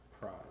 pride